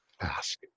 ask